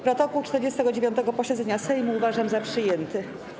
Protokół 49. posiedzenia Sejmu uważam za przyjęty.